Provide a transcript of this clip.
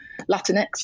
Latinx